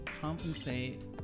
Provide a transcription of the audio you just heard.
compensate